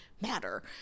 matter